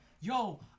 yo